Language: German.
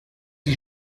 die